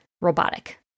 robotic